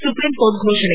Supreme Court ಘೋಷಣೆ